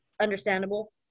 understandable